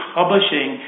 publishing